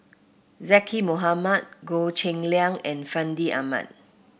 Zaqy Mohamad Goh Cheng Liang and Fandi Ahmad